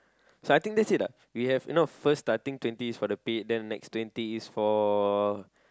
so I think that's it what you know first starting twenty is for the pit then next twenty is for